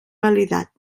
validat